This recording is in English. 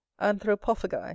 anthropophagi